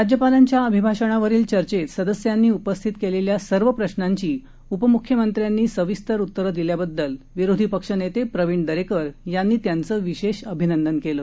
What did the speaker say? राज्यपालांच्या अभिभाषणावरील चर्चेत सदस्यांनी उपस्थित केलेल्या सर्व प्रश्नांची उपमुख्यमंत्र्यांनी सविस्तर उत्तरं दिल्याबद्दल विरोधी पक्षनेते प्रवीण दरेकर यांनी त्यांचं विशेष अभिनंदन केलं